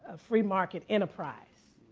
ah free market enterprise.